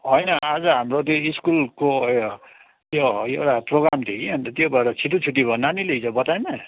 होइन आज हाम्रो त्यो स्कुलको त्यो एउटा प्रोग्राम थियो कि अनि त त्यो भएर छिटै छुट्टी भयो नानीले हिजो बताएन